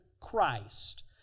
Christ